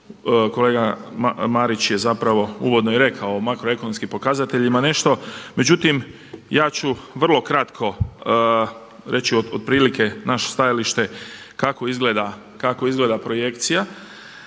Kolega Marić je zapravo uvodno i rekao o makro ekonomskim pokazateljima nešto, međutim ja ću vrlo kratko reći otprilike naše stajalište kako izgleda projekcija